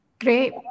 Great